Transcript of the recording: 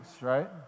right